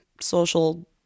social